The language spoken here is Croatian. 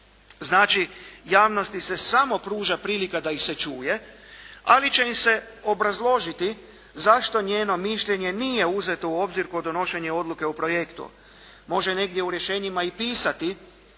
Znači, javnosti se samo pruža prilika da ih se čuje, ali će im se obrazložiti zašto njeno mišljenje nije uzeto u obzir kod donošenja odluke o projektu. Može negdje u rješenjima i pisati